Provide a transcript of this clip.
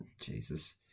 Jesus